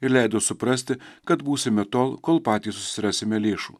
ir leido suprasti kad būsime tol kol patys susirasime lėšų